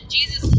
Jesus